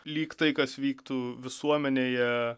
lyg tai kas vyktų visuomenėje